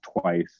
twice